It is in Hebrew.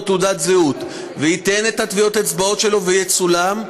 תעודת זהות ייתן את טביעות האצבעות שלו ויצולם,